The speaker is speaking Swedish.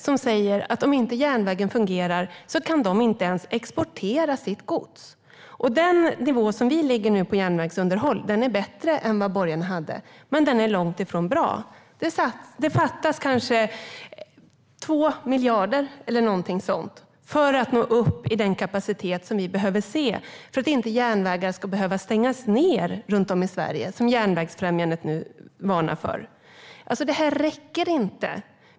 De säger att om järnvägen inte fungerar kan de inte exportera sitt gods. Den nivå som vi nu ligger på i järnvägsunderhåll är bättre än vad borgarna hade, men den är långt ifrån bra. Det fattas 2 miljarder eller något sådant för att nå upp till den kapacitet som vi behöver se för att järnvägar inte ska behöva stängas ned runt om i Sverige, som Järnvägsfrämjandet nu varnar för. Detta räcker inte.